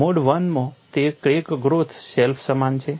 mode I માં તે crack growth self સમાન છે